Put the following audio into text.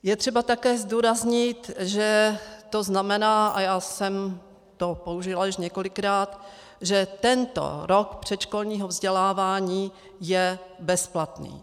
Je třeba také zdůraznit, že to znamená, a já jsem to použila již několikrát, že tento rok předškolního vzdělávání je bezplatný.